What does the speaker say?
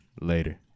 Later